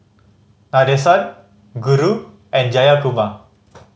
Nadesan Guru and Jayakumar